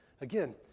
Again